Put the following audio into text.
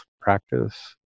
practice